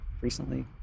recently